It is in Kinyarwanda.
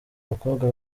bakobwa